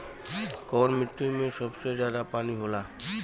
कौन मिट्टी मे सबसे ज्यादा पानी होला?